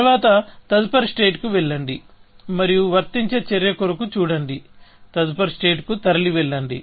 తరువాత తదుపరి స్టేట్ కి వెళ్లండి మరియు వర్తించే చర్య కొరకు చూడండి తదుపరి స్టేట్ కి తరలి వెళ్లండి